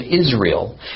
Israel